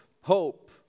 hope